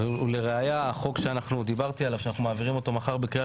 את החוק שאנחנו מעבירים מחר בקריאה